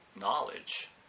knowledge